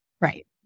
Right